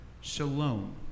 shalom